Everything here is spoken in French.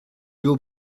haut